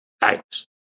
Thanks